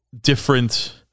different